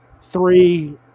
three